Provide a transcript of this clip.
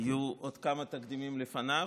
היו עוד כמה תקדימים לפניו,